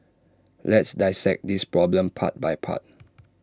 let's dissect this problem part by part